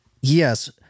Yes